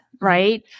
right